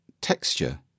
texture